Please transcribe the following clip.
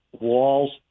walls